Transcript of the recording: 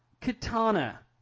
Katana